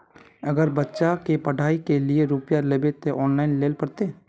अगर बच्चा के पढ़ाई के लिये रुपया लेबे ते ऑनलाइन लेल पड़ते?